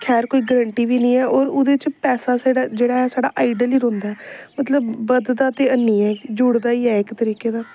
खैर कोई गरंटी बी निं ऐ होर ओह्दे च पैसा जेह्ड़ा ऐ साढ़ा हाइड निं रौहंदा ऐ मतलब बधदा ते ऐनी ऐ जुड़दा ई ऐ इक तरीके दा